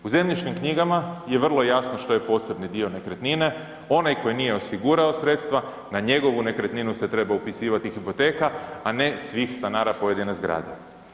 U zemljišnim knjigama je vrlo jasno što je posebni dio nekretnine, onaj koji nije osigurao sredstva, na njegovu nekretninu se treba upisivati hipoteka, a ne svih stanara pojedine zgrade.